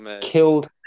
Killed